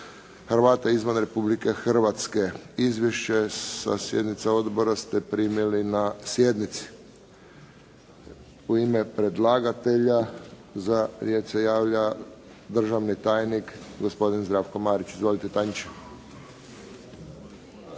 Hrvate izvan Republike Hrvatske. Izvješće sa sjednice Odbora ste primili na sjednici. U ime predlagatelja za riječ se javlja državni tajnik, gospodin Zdravko Marić. Izvolite tajniče.